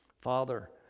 Father